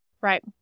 right